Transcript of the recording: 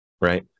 Right